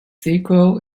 sequel